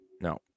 No